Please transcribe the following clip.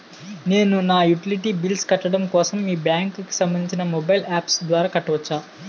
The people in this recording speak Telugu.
నేను నా యుటిలిటీ బిల్ల్స్ కట్టడం కోసం మీ బ్యాంక్ కి సంబందించిన మొబైల్ అప్స్ ద్వారా కట్టవచ్చా?